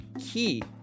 key